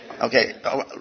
Okay